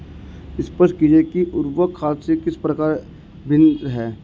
स्पष्ट कीजिए कि उर्वरक खाद से किस प्रकार भिन्न है?